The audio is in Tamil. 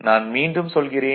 நான் மீண்டும் சொல்கிறேன்